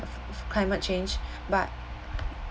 climate change but